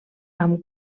amb